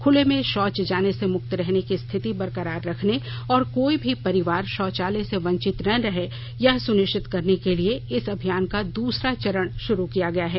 खूले में शौच जाने से मुक्त रहने की स्थिति बरकरार रखने और कोई भी परिवार शौचालय से वंचित न रहे यह सुनिश्चित करने के लिए इस अभियान का दूसरा चरण शुरू किया गया है